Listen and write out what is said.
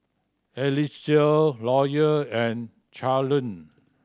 Eliseo Loyal and Charleen